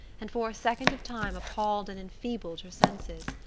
and for a second of time appalled and enfeebled her senses.